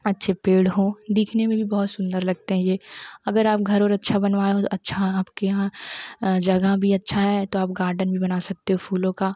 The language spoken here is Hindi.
अच्छे पेड़ हो दिखने में भी बहुत सुन्दर लगते हैं यह अगर आप घर और अच्छा बनवाए हो तो अच्छा पके यहाँ जगह भी अच्छा है तो गार्डन भी बनवा सकते हो फूलों का